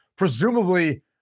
presumably